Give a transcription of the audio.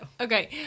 okay